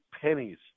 pennies